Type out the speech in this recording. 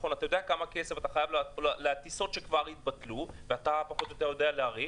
אתה יודע כמה כסף אתה חייב מהטיסות שכבר התבטלו ואתה יודע להעריך,